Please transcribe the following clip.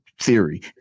theory